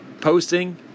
posting